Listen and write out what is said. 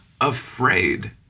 afraid